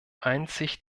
einzig